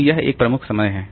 तो यह एक प्रमुख समय है